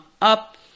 up